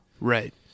Right